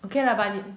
okay lah but 你